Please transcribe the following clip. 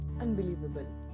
unbelievable